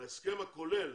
בהסכם הכולל